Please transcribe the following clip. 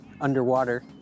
underwater